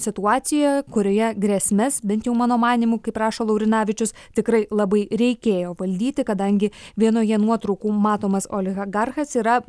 situacija kurioje grėsmes bent jau mano manymu kaip rašo laurinavičius tikrai labai reikėjo valdyti kadangi vienoje nuotraukų matomas oligarchas yra